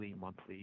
monthly